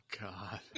God